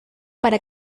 para